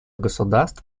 государств